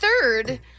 third